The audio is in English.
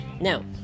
Now